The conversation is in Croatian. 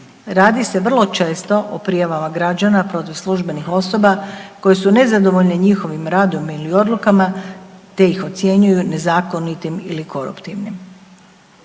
Radi se vrlo često o prijavama građana protiv službenih osoba koje su nezadovoljne njihovim radom ili odlukama te ih ocjenjuju nezakonitim ili koruptivnim.